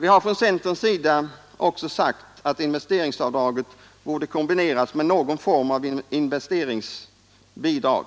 Vi har från centerns sida också sagt att investeringsavdraget borde kombineras med någon form av investeringsbidrag.